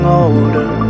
older